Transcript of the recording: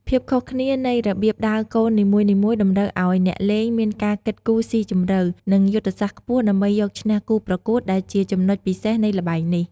ភាពខុសគ្នានៃរបៀបដើរកូននីមួយៗតម្រូវឱ្យអ្នកលេងមានការគិតគូរស៊ីជម្រៅ និងយុទ្ធសាស្ត្រខ្ពស់ដើម្បីយកឈ្នះគូប្រកួត ដែលជាចំណុចពិសេសនៃល្បែងនេះ។